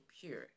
pure